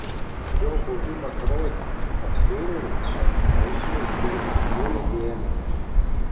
jo buvimas rodė kad fiureris šiam klausimui skirs didžiulį dėmesį